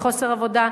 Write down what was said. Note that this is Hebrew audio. מחוסר עבודה,